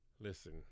Listen